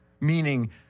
meaning